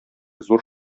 зур